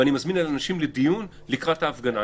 ואני מזמין אלי אנשים לדיון לקראת ההפגנה.